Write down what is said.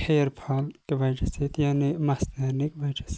hair فال کہِ وَجہہ سۭتۍ یعنی مَس نیرنٕکۍ وَجہہ سۭتۍ